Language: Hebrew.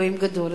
אלוהים גדול.